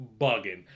bugging